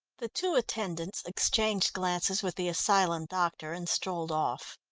the two attendants exchanged glances with the asylum doctor and strolled off.